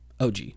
OG